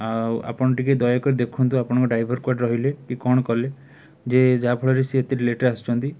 ଆଉ ଆପଣ ଟିକିଏ ଦୟାକରି ଦେଖନ୍ତୁ ଆପଣଙ୍କ ଡ୍ରାଇଭର କୁଆଡ଼େ ରହିଲେ କି କ'ଣ କଲେ ଯେ ଯାହାଫଳରେ ସିଏ ଏତେ ଲେଟ୍ରେ ଆସୁଚନ୍ତି